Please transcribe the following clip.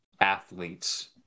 athletes